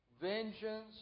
Vengeance